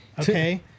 Okay